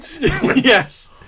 Yes